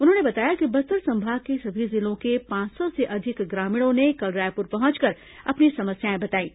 उन्होंने बताया कि बस्तर संभाग के सभी जिलों के पांच सौ से अधिक ग्रामीणों ने कल रायपुर पहुंचकर अपनी समस्याएं बताईं